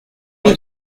huit